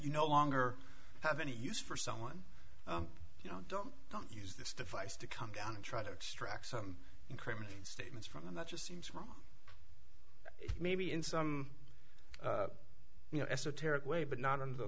no longer have any use for someone you know don't don't use this device to calm down and try to extract some incriminating statements from them that just seems wrong maybe in some you know esoteric way but not in the